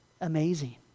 amazing